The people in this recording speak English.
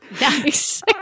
Nice